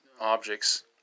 objects